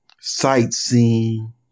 sightseeing